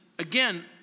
Again